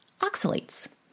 oxalates